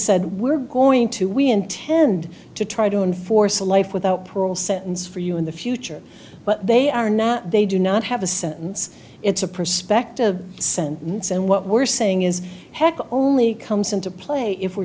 said we're going to we intend to try to enforce a life without parole sentence for you in the future but they are not they do not have a sentence it's a prospective sentence and what we're saying is heck only comes into play if we're